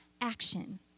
action